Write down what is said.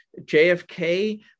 JFK